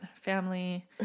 Family